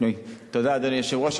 תודה, אדוני היושב-ראש.